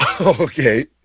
Okay